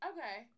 Okay